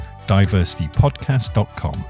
diversitypodcast.com